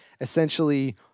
essentially